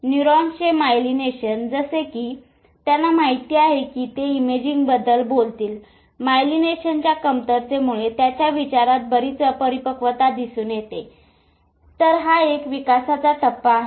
न्यूरॉन्सचे myelination जसे की त्यांना माहित आहे की ते इमेजिंगबद्दल बोलतील मायलीनेशनच्या कमतरतेमुळे त्याच्या विचारात बरीच अपरिपक्वता दिसून येते तर हा एक विकासाचा एक टप्पा आहे